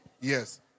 Yes